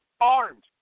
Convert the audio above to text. armed